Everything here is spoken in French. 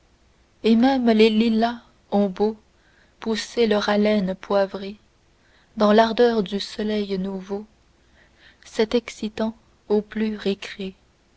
et même les lilas ont beau pousser leur haleine poivrée dans l'ardeur du soleil nouveau cet excitant au plus récrée